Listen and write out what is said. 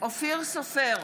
אופיר סופר,